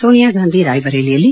Sonia Gandhi Roy ಬರೇಲಿಯಲ್ಲಿ